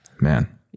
Man